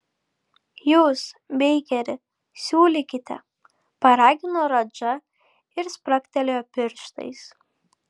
jūs beikeri siūlykite paragino radža ir spragtelėjo pirštais